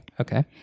Okay